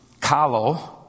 kalo